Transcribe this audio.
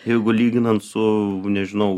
jeigu lyginant su nežinau